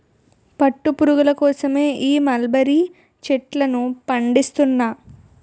పట్టు పురుగుల కోసమే ఈ మలబరీ చెట్లను పండిస్తున్నా